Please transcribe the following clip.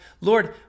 Lord